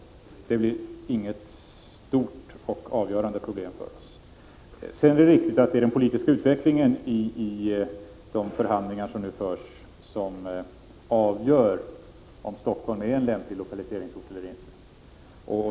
Lokalfrågan blir inget stort och avgörande problem för oss. Det är riktigt att det är den politiska utvecklingen i de förhandlingar som nu förs som avgör om Stockholm är en lämplig lokaliseringsort eller inte.